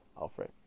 Alfred